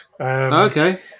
Okay